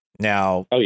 Now